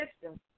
system